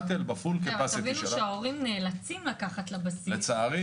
תבינו שהורים נאלצים לקחת לבסיס,